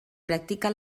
practica